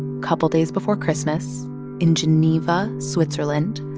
couple days before christmas in geneva, switzerland.